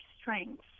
strengths